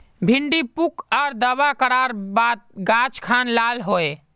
भिन्डी पुक आर दावा करार बात गाज खान लाल होए?